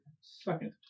Second